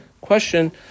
question